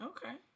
Okay